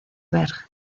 berg